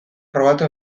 probatu